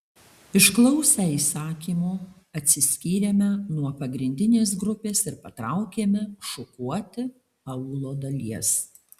išklausę įsakymo atsiskyrėme nuo pagrindinės grupės ir patraukėme šukuoti aūlo dalies